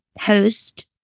host